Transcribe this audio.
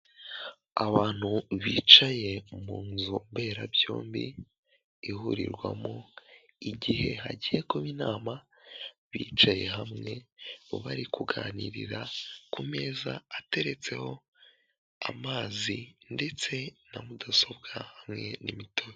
Abantu bicaye mu nzu mberabyombi ihurirwamo igihe hagiye kuba inama bicaye hamwe bari kuganirira ku meza ateretseho amazi ndetse na mudasobwa hamwe n'imitobe.